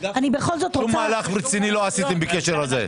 שום מהלך רציני לא עשיתם בקשר לזה.